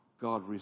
God